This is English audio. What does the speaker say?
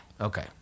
Okay